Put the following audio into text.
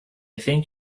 think